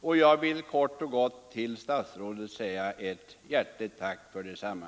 och vill kort och gott till statsrådet säga ett hjärtligt tack för detsamma.